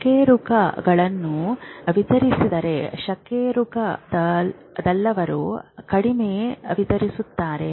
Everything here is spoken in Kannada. ಕಶೇರುಕಗಳನ್ನು ವಿತರಿಸಿದರೆ ಕಶೇರುಕವಲ್ಲದವರು ಕಡಿಮೆ ವಿತರಿಸುತ್ತಾರೆ